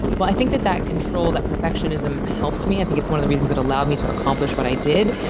well, i think that that control, that perfectionism, helped me. i think it's one of the reasons it allowed me to accomplish what i did,